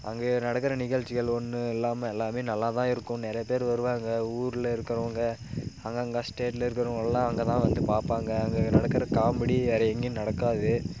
அங்கே இது நடக்கிற நிகழ்ச்சிகள் ஒன்று இல்லாம எல்லாமே நல்லாதான் இருக்கும் நிறையா பேர் வருவாங்க ஊரில் இருக்கிறவுங்க அங்கங்கே ஸ்டேட்டில் இருக்கிறவுங்க எல்லாம் அங்கேதான் வந்து பார்ப்பாங்க அங்கே நடக்கிற காமெடி வேறு எங்கேயும் நடக்காது